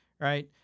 Right